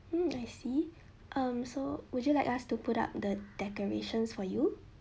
mm I see um so would you like us to put up the decorations for you